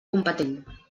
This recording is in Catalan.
competent